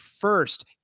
first